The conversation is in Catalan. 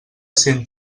cent